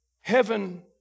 heaven